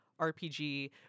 RPG